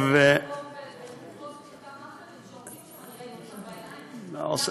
לתפוס את אותם מאכערים שעומדים שם.